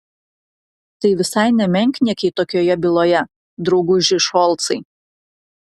tai visai ne menkniekiai tokioje byloje drauguži šolcai